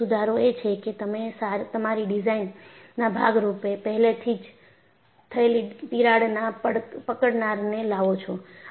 બીજો સુધારો એ છે કે તમે તમારી ડિઝાઇનના ભાગ રૂપે પહેલેથી થયેલી તિરાડ ના પકડનારને લાવો છો